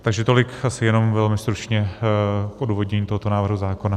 Takže tolik asi jenom velmi stručně pro odůvodnění tohoto návrhu zákona.